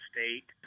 State